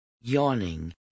yawning